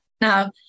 Now